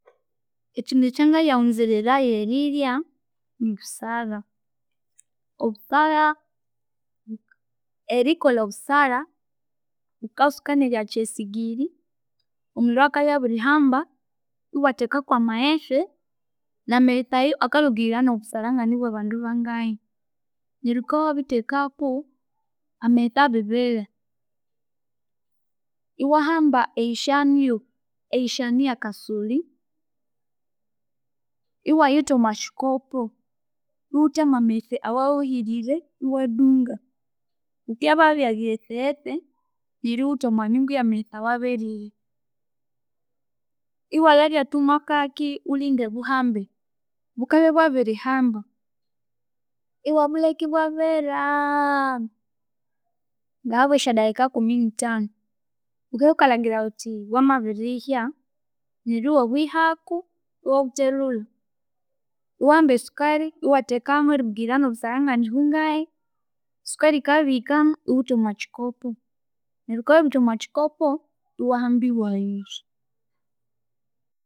Ekyindu ekyangaya wuzererayo erirya nibusara. Obusara erikolha obusara wukatsuka neryakya esingiri omuliro akabya abirihamba, iwatheka kwamaghetse, namaghetse ayo akalhungirira obusara nganibwabandu bangahi, neryo wukabya wabirithekako, amaghetse abibera, iwahamba eyisyanu yobu eyisyanu yakasolhi, iwayutha omwakikopo, iwutha mwamaghtse owahuhirire, iwandunga bikibya babiribya bighetseyetse neryo iwutha omwa nyungu yamaghetse owa berire iwalhabya thumwakaki wulhinde buhambe, bukabya wabirihamba, iwabulheka ebwaberaaa ngahabwa syadakika kumi nithanu, wukibya wukalhangira wuthi bwamabirihya, neryo iwabwihako, iwabuthelhulha, iwahamba esukalhi iwathekamu erilhungirira obusara nganibungahi, sukalhi yikabya yabirihikamu, iwutha omwa kyikopo, neryo wukabya wabirutha omwakikopo iwahambi wanywa